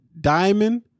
Diamond